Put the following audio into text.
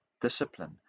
discipline